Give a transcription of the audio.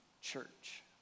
church